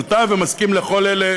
ואני מסכים עם כל אלה